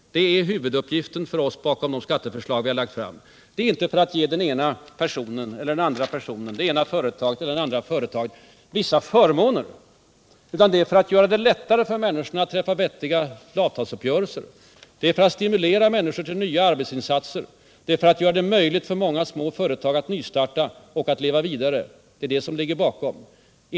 Det är huvuduppgiften för oss bakom det skatteförslag som vi har lagt fram. Det är inte för att ge den ena eller andra personen, det ena eller andra företaget vissa förmåner, utan det är för att göra det lättare för människorna att träffa vettiga avtalsuppgörelser. Det är för att stimulera människor till nya arbetsinsatser. Det är för att göra det möjligt för många små företag att nystarta och att leva vidare. Det är det som ligger bakom vår politik.